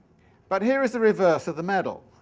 but here is the reverse of the medal.